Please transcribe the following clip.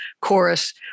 chorus